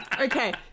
Okay